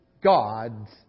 God's